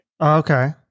Okay